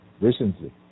Recently